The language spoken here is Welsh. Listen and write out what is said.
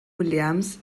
williams